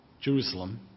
Jerusalem